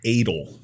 Adel